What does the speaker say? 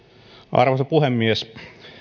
määräämiseen arvoisa puhemies